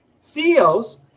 CEOs